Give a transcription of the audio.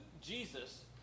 Jesus